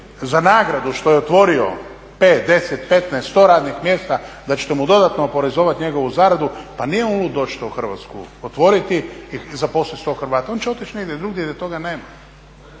za nagradu što je otvorio 5, 10, 15, 100 radnih mjesta, da ćete mu dodatno oporezovat njegovu zaradu, pa nije on lud doći tu u Hrvatsku, otvoriti i zaposlit 100 Hrvata. On će otići negdje drugdje gdje toga nema.